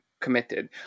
committed